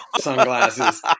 sunglasses